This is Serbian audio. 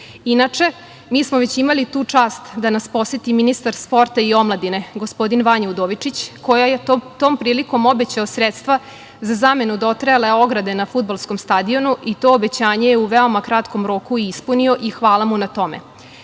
nas. Inače, mi smo već imali tu čast da nas poseti ministar sporta i omladine, gospodin Vanja Udovičić, koji je tom prilikom obećao sredstva za zamenu dotrajale ograde na fudblaskom stadionu, i to obećanje je u veoma kratkom roku i ispunio i hvala mu na tome.